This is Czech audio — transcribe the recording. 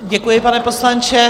Děkuji, pane poslanče.